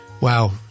Wow